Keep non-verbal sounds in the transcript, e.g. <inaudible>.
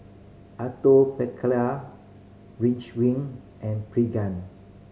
Atopiclair <unintelligible> and Pregan